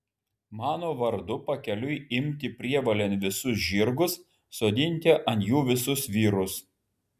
mano vardu pakeliui imti prievolėn visus žirgus sodinti ant jų visus vyrus